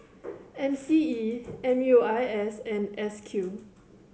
M C E M U I S and S Q